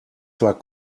zwar